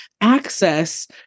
access